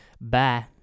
Bye